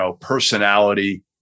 personality